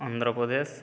Andhra Pradesh